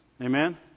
Amen